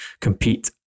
compete